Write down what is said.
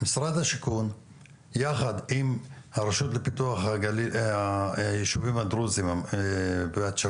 משרד השיכון יחד עם הרשות לפיתוח הישובים הדרוזים והצ'רקסיים,